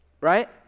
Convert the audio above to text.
right